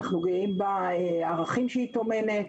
אנחנו גאים בערכים שהיא טומנת